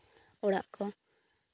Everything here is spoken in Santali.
ᱚᱲᱟᱜ ᱠᱚ